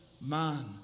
man